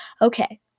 Okay